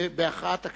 ובהכרעת הכנסת,